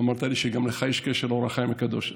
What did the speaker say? אמרת לי שגם לך יש קשר לאור החיים הקדוש,